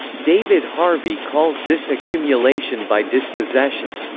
david harvey calls this accumulation by dispossession.